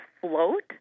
float